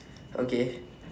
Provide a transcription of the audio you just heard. okay